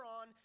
on